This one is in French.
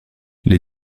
les